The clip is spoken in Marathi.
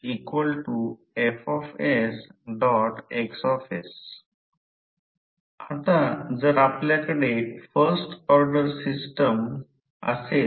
म्हणून जर मी ते यासारखे बनवले तर म्हणूनच ही दिशा असेल म्हणजे मी करंटच्या दिशेने पकडले आहे आणि मग हा अंगठा फ्लक्स पाथची दिशा असेल